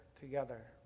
together